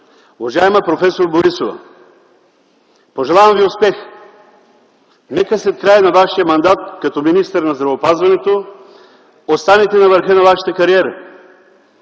Уважаема проф. Борисова, пожелавам Ви успех! Нека след края на Вашия мандат като министър на здравеопазването останете на върха на Вашата кариера!